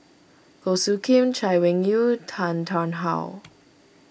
Goh Soo Khim Chay Weng Yew Tan Tarn How